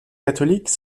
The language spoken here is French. catholiques